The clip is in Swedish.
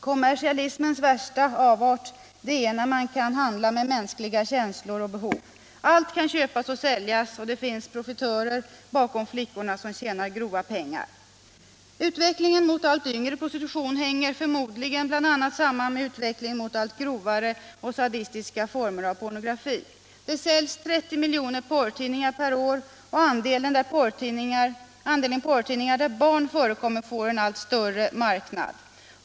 Kommersialismens värsta avart är att man kan handla med mänskliga känslor och behov: allt kan köpas och säljas, och det finns profitörer bakom flickorna som tjänar grova pengar. Utvecklingen mot prostitution i allt yngre år hänger förmodligen samman bl.a. med utvecklingen mot allt grövre och mer sadistiska former av pornografi. Det säljs 30 miljoner exemplar av porrtidningar per år, och andelen porrtidningar där barn förekommer får en allt större marknad.